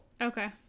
Okay